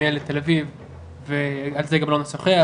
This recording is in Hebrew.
כרמיאל לתל אביב ועל זה גם לא נשוחח,